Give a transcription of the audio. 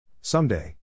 Someday